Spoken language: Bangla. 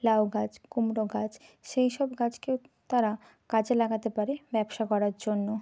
লাউ গাছ কুমড়ো গাছ সেই সব গাছকে তারা কাজে লাগাতে পারে ব্যবসা করার জন্য